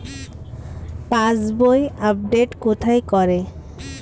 পাসবই update কোথায় করে?